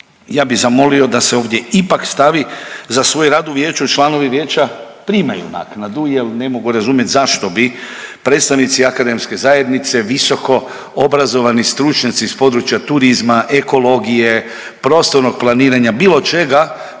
Ja bih zamolio da se ovdje ipak stavi, za svoj rad u vijeću, članovi vijeća primaju naknadu jer ne mogu razumjeti zašto bi predstavnici akademske zajednice, visokoobrazovani stručnjaci iz područja turizma, ekologije, prostornog planiranja, bilo čega,